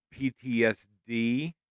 PTSD